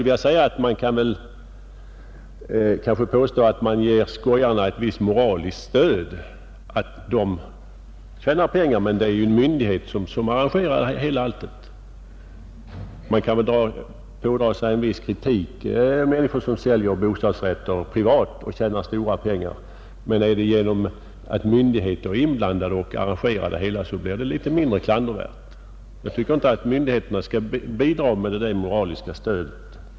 Vi kan kanske säga att man ger skojarna ett visst moraliskt stöd att tjäna pengar eftersom det är en myndighet som arrangerar det. Kritik kan riktas mot människor som säljer bostadsrätter privat och tjänar stora pengar, men genom att myndigheter är inblandade ser man det kanske som något mindre klandervärt. Jag anser inte att myndigheter skall bidra med detta moraliska stöd.